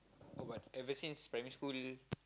what ever since primary school